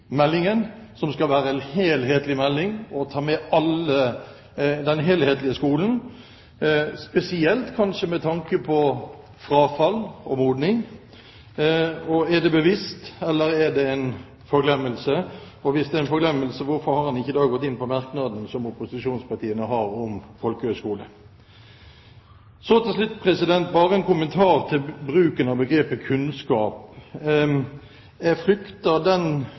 meldingen som skal være en helhetlig melding og ta med den helhetlige skolen, kanskje spesielt med tanke på frafall og modning? Er det bevisst, eller er det en forglemmelse? Hvis det er en forglemmelse, hvorfor har en ikke da gått inn på merknaden som opposisjonspartiene har om folkehøyskole? Til slutt bare en kommentar til begrepet «kunnskap». Jeg frykter den